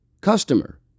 customer